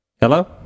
hello